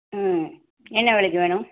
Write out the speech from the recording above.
ம் என்ன வெலைக்கி வேணும்